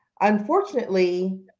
Unfortunately